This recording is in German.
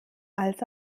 als